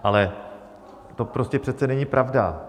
Ale to prostě přece není pravda!